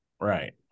Right